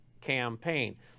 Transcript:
campaign